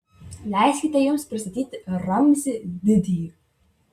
leiskite jums pristatyti ramzį didįjį